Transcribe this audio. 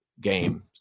game